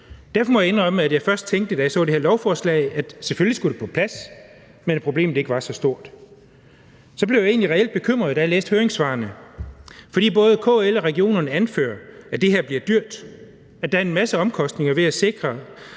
Derfor må jeg indrømme, at jeg, da jeg så det her lovforslag, først tænkte, at det selvfølgelig skulle på plads, men at problemet ikke var så stort. Så blev jeg egentlig reelt bekymret, da jeg læste høringssvarene, for både KL og regionerne anfører, at det her bliver dyrt, at der er en masse omkostninger ved at sikre,